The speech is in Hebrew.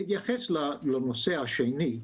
בהתייחס לנושא השני,